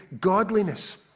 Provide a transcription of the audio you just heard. godliness